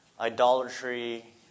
idolatry